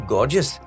Gorgeous